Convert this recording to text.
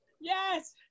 yes